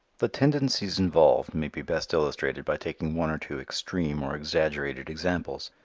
the tendencies involved may be best illustrated by taking one or two extreme or exaggerated examples,